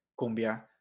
cumbia